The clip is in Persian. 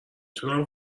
تونم